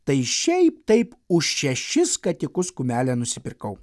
tai šiaip taip už šešis skatikus kumelę nusipirkau